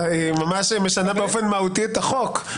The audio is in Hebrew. היא ממש משנה באופן מהותי את החוק.